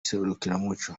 serukiramuco